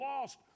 lost